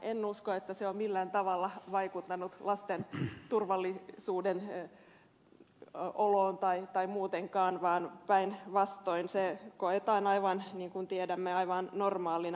en usko että se on millään tavalla vaikuttanut lasten turvallisuuden tunteeseen tai muutenkaan päinvastoin se koetaan aivan niin kuin tiedämme normaalina asiana